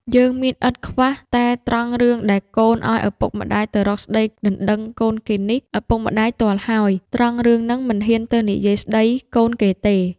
យើងមានឥតខ្វះ តែត្រង់រឿងដែលកូនឱ្យឪពុកមា្ដយទៅរកស្ដីដណ្ដឹងកូនគេនេះ ឪពុកម្ដាយទាល់ហើយ ត្រង់រឿងហ្នឹងមិនហ៊ានទៅនិយាយស្ដីកូនគេទេ។